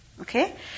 Okay